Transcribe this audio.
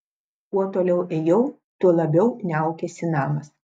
kuo toliau ėjau tuo labiau niaukėsi namas